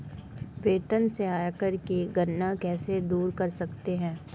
वेतन से आयकर की गणना कैसे दूर कर सकते है?